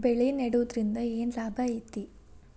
ಬೆಳೆ ನೆಡುದ್ರಿಂದ ಏನ್ ಲಾಭ ಐತಿ?